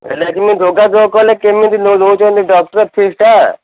ହେଲେ ବି ମୁଁ ଯୋଗାଯୋଗ କଲେ କେମିତି ନେଉଛନ୍ତି ଡକ୍ଟର ଫିସ୍ଟା